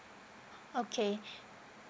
okay